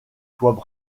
soient